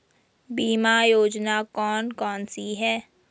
बीमा योजना कौन कौनसी हैं?